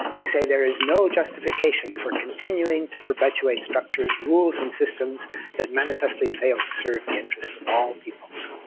they say there is no justification for continuing to perpetuate structures, rules, and systems that manifestly fail to serve the interests of all peoples.